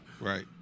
Right